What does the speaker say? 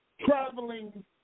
traveling